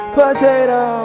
potato